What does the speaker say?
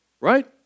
Right